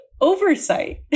oversight